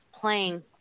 playing